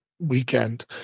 Weekend